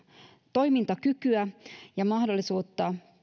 toimintakykyä ja mahdollisuutta